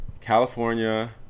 California